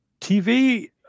TV